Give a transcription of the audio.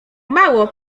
mało